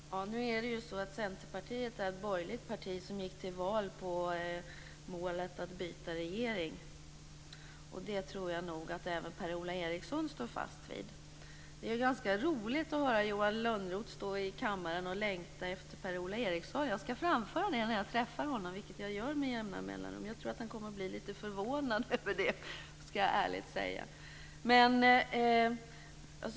Fru talman! Nu är det ju så att Centerpartiet är ett borgerligt parti som gick till val på målet att byta regering. Det tror jag nog att även Per-Ola Eriksson står fast vid. Det är ganska roligt att höra Johan Lönnroth stå i kammaren och längta efter Per-Ola Eriksson. Jag ska framföra det när jag träffar honom, vilket jag gör med jämna mellanrum. Jag tror att han kommer att bli lite förvånad över det, skall jag ärligt säga.